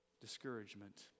discouragement